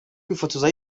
kwifotoza